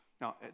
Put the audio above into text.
Now